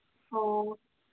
ꯑꯣ